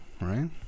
right